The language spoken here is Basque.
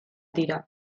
dira